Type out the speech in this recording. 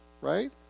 right